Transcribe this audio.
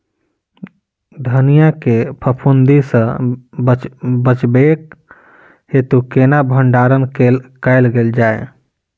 धनिया केँ फफूंदी सऽ बचेबाक हेतु केना भण्डारण कैल जाए?